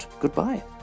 goodbye